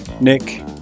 Nick